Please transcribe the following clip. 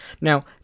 Now